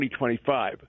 2025